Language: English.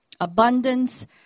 Abundance